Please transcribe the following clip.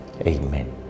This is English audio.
Amen